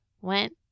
went